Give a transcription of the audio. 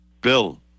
Bill